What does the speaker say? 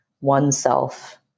oneself